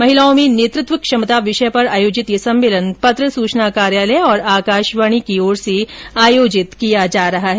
महिलाओं में नेतृत्व क्षमता विषय पर आयोजित यह सम्मेलन पत्र सूचना कार्यालय और आकाशवाणी की ओर से आयोजित किया जा रहा है